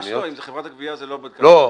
ממש לא, אם זה חברת הגבייה, זה לא עובד ככה.